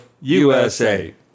USA